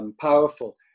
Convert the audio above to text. powerful